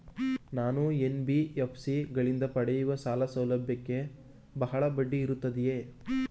ನಾನು ಎನ್.ಬಿ.ಎಫ್.ಸಿ ಗಳಿಂದ ಪಡೆಯುವ ಸಾಲ ಸೌಲಭ್ಯಕ್ಕೆ ಬಹಳ ಬಡ್ಡಿ ಇರುತ್ತದೆಯೇ?